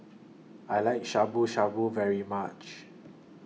I like Shabu Shabu very much